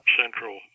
central